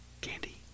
candy